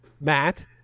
Matt